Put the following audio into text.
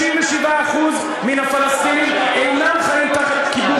97% מן הפלסטינים אינם חיים תחת כיבוש ישראלי,